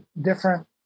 different